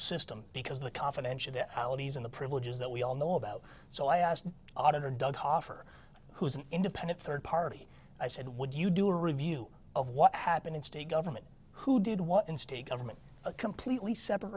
system because the confidential in the privileges that we all know about so i asked auditor doug coffer who's an independent third party i said would you do a review of what happened in state government who did what in state government a completely separate